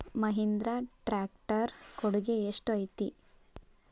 Mahindra tractor ಕೊಡುಗೆ ಎಷ್ಟು ಐತಿ?